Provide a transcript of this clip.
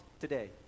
today